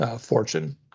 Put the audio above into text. fortune